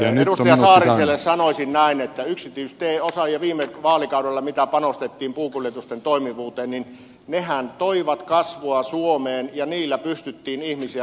edustaja saariselle sanoisin näin että yksityisteiden osalta ja mitä viime vaalikaudella panostettiin puukuljetusten toimivuuteen nehän toivat kasvua suomeen ja niillä pystyttiin ihmisiä työllistämään